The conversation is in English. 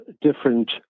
different